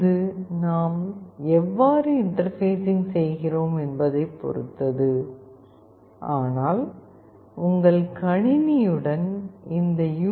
இது நாம் எவ்வாறு இன்டர்பேஸிங் செய்கிறோம் என்பதைப் பொறுத்தது ஆனால் உங்கள் கணினியுடன் இந்த யூ